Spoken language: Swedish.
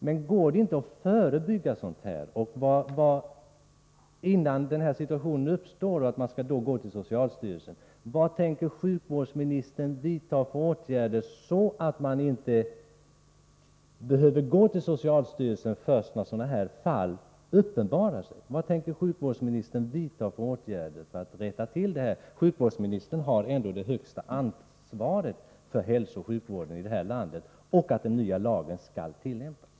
Men går det inte att förebygga en sådan här sak, innan den situationen uppstår att man måste vända sig till socialstyrelsen? Vilka åtgärder ämnar sjukvårdsministern vidta för att rätta till detta, så att man inte behöver vända sig till socialstyrelsen först när sådana här fall uppenbarar sig? Sjukvårdsministern har ju ändå det högsta ansvaret för hälsooch sjukvården här i landet och har att se till att den nya lagen tillämpas.